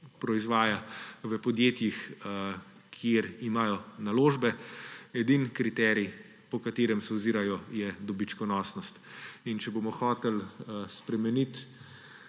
proizvaja v podjetjih, kjer imajo naložbe; edini kriterij, po katerem se ozirajo, je dobičkonosnost. In če bomo hoteli spremeniti